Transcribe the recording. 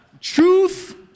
truth